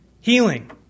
Healing